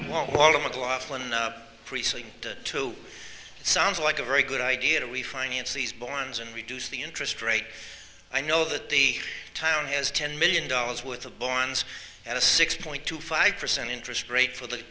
to two sounds like a very good idea to refinance these bourne's and reduce the interest rate i know that the town has ten million dollars worth of bourne's and a six point two five percent interest rate for the